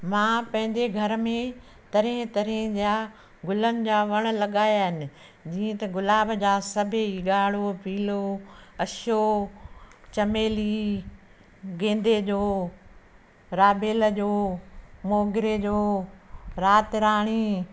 मां पंहिंजे घर में तरह तरह जा गुलनि जा वण लगाया आहिनि जीअं त गुलाब जा सभेई गाढ़ो पीलो अछो चमेली गेंदे जो राबेल जो मोगरे जो रातराणी